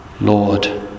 Lord